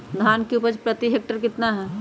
धान की उपज प्रति हेक्टेयर कितना है?